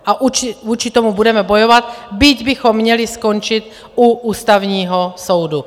A vůči tomu budeme bojovat, byť bychom měli skončit u Ústavního soudu.